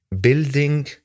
building